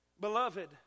Beloved